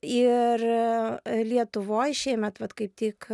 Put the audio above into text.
ir lietuvoj šiemet vat kaip tik